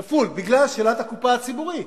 כפול, בגלל שאלת הקופה הציבורית.